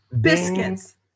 Biscuits